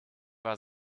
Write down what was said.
war